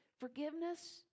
forgiveness